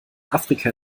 afrika